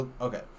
okay